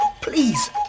Please